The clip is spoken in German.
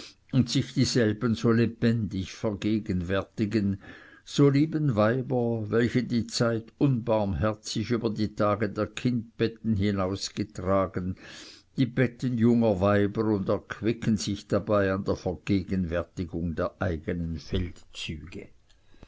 und sich dieselben so recht lebendig vergegenwärtigen so lieben weiber welche die zeit unbarmherzig über die tage der kindbetten hinausgetragen die betten junger weiber und erquicken sich dabei an der vergegenwärtigung der eigenen feldzüge